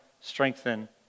strengthen